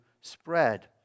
spread